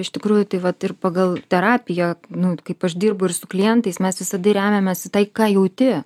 iš tikrųjų tai vat ir pagal terapiją nu kaip aš dirbu ir su klientais mes visada remiamės į tai ką jauti